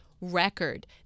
record